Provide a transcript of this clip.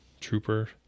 trooper